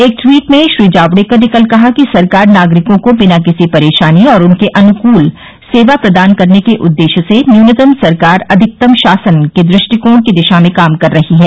एक ट्वीट में श्री जावड़ेकर ने कल कहा कि सरकार नागरिकों को बिना किसी परेशानी और उनके अनुकूल सेवा प्रदान करने के उद्देश्य से न्यूनतम सरकार अधिकतम शासन के दृष्टिकोण की दिशा में काम कर रही है